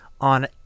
on